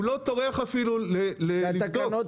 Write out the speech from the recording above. הוא לא טורח אפילו לבדוק --- כאשר התקנות